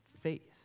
faith